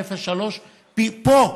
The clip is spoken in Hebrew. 0.3%; פה,